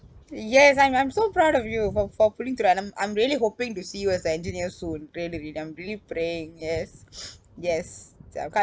yes I'm I'm so proud of you for for pulling through and I'm I'm really hoping to see you an engineer soon really really I'm really praying yes yes so I can't